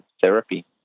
therapy